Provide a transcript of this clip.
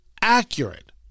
accurate